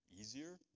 easier